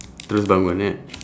terus bangun kan